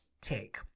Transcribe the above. take